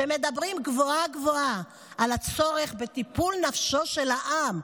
שמדברים גבוהה-גבוהה על הצורך בטיפול בנפשו של העם,